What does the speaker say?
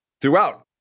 throughout